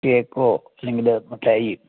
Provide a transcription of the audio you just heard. കേക്കോ അല്ലെങ്കിൽ മിഠായി